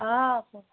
অঁ কওক